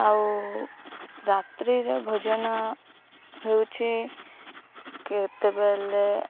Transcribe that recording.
ଆଉ ରାତ୍ରିରେ ଭୋଜନ ହେଉଛି କେତେବେଳେ